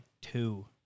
two